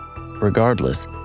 Regardless